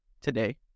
today